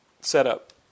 setup